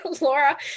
Laura